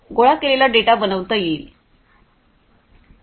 गोळा केलेला डेटा बनवता येईल